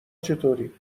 چطوری